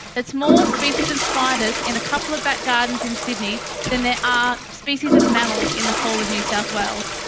more species of spiders in a couple of back gardens in sydney than there are species of mammals in the whole of new south wales.